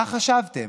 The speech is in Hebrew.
מה חשבתם?